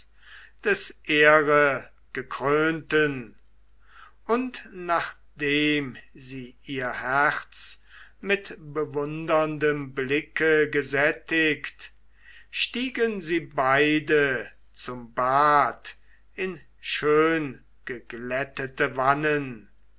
des ehregekrönten und nachdem sie ihr herz mit bewunderndem blicke gesättigt stiegen sie beide zum bad in schöngeglättete wannen